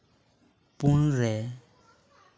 ᱯᱩᱱ ᱨᱮ